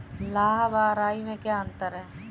लाह व राई में क्या अंतर है?